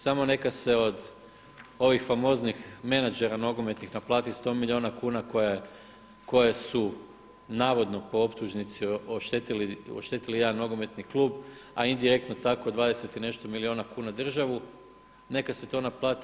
Samo neka se od ovih famoznih menadžera nogometnih naplati 100 milijuna kuna koje su navodno po optužnici oštetili jedan nogometni klub, a indirektno tako 20 i nešto milijuna kuna državu, neka se to naplati.